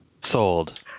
Sold